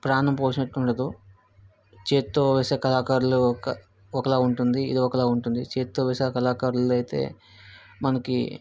ప్రాణం పోసినట్టు ఉండదు చేతితో వేసే కళాకారులు ఒకలాగా ఉంటుంది ఇది ఒకలాగా ఉంటుంది చేతితో వేసే కళాకారులు అయితే మనకి